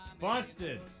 Busted